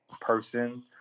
person